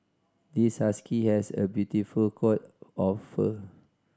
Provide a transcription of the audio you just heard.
this husky has a beautiful coat of fur